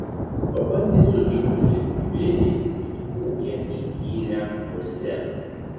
pabandė sučiupti lėktuvėlį it kokią įkyrią musę